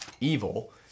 evil